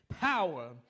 power